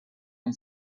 این